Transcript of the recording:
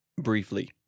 Briefly